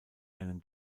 einem